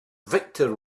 victor